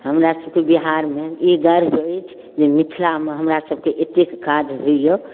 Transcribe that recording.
हमरा सबके बिहार मे ई गर्व अछि जे मिथिला मे हमरा सबके एतेक काज होइया